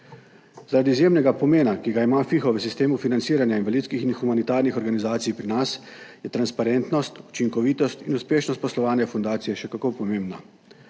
Zaradi izjemnega pomena, ki ga ima FIHO v sistemu financiranja invalidskih in humanitarnih organizacij pri nas, je transparentnost, učinkovitost in uspešnost poslovanja fundacije še kako pomembna.